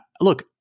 look